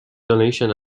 donation